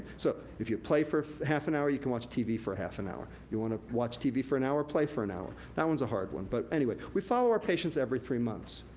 so, if you play for half an hour, you can watch tv for half an hour. you wanna watch tv for an hour, play for an hour. that one's a hard one, but anyway. we follow our patients every three months.